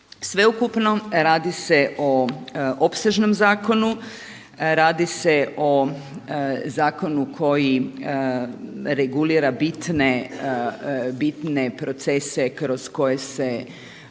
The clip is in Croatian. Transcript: Sveukupno radi se o opsežnom zakonu, radi se o zakonu koji regulira bitne procese kroz koje se